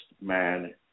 man